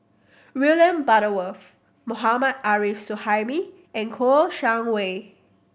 William Butterworth Mohammad Arif Suhaimi and Kouo Shang Wei